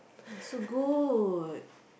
so good